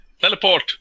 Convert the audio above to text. Teleport